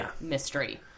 mystery